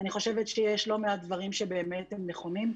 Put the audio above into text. אני חושבת שיש לא מעט דברים שבאמת נכונים.